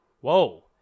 Whoa